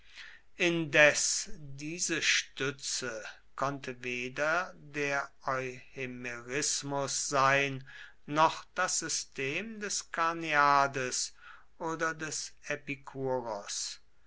indes diese stütze konnte weder der euhemerismus sein noch das system des karneades oder des